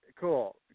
cool